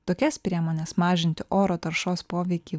tokias priemones mažinti oro taršos poveikį